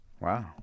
Wow